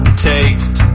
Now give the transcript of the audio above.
taste